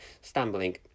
stumbling